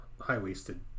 high-waisted